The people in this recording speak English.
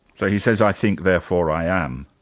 so he says, i think, therefore i am'.